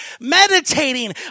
meditating